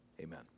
Amen